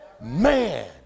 man